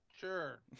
Sure